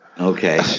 Okay